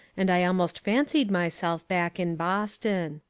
and i almost fancied myself back in boston.